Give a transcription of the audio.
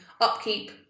Upkeep